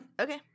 Okay